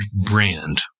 brand